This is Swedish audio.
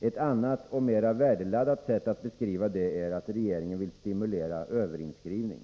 Ett annat och mera värdeladdat sätt att beskriva det är att regeringen vill stimulera överinskrivning.